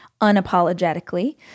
unapologetically